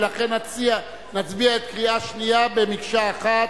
ולכן נצביע את הקריאה השנייה במקשה אחת.